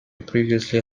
previously